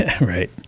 right